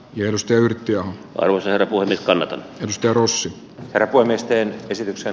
jos nöyrtyy ollessa voimissaan yhtiö rossi parkui miesten esityksen